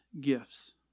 gifts